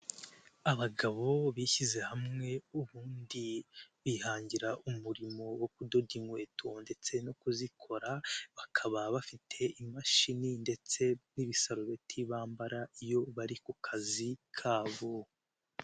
Abagabo bishyize hamwe ubundi bihangira umurimo wo kudoda inkweto ndetse no kuzikora, bakaba bafite imashini ndetse n'ibisarubeti bambara iyo bari ku kazi kabo.